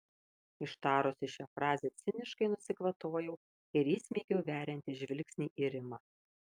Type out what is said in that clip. ištarusi šią frazę ciniškai nusikvatojau ir įsmeigiau veriantį žvilgsnį į rimą